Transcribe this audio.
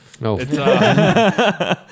No